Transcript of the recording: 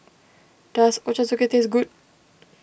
does Ochazuke taste good